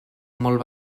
molt